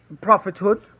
prophethood